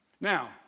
Now